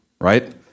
right